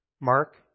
Mark